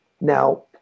Now